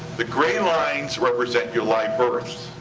the gray lines represent your live births.